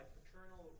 paternal